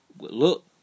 look